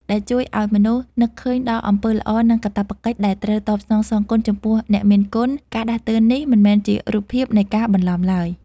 ដែលជួយឱ្យមនុស្សនឹកឃើញដល់អំពើល្អ និងកាតព្វកិច្ចដែលត្រូវតបស្នងសងគុណចំពោះអ្នកមានគុណ។ ការដាស់តឿននេះមិនមែនជារូបភាពនៃការបង្ខំឡើយ